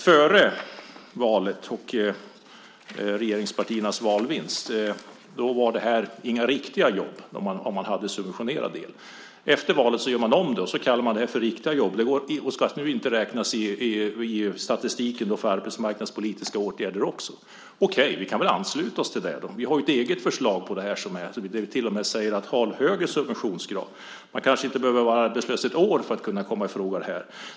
Före valet och regeringspartiernas valvinst var det inga riktiga jobb om man hade en subventionerad del. Efter valet gör man om det, och så kallar man det här för riktiga jobb, och de ska nu inte räknas i statistiken för arbetsmarknadspolitiska åtgärder. Okej, vi kan väl ansluta oss till det. Vi har ju ett eget förslag på det här. Vi säger till och med att man ska ha en högre subventionsgrad. Man kanske inte behöver vara arbetslös ett år för att man ska kunna komma i fråga.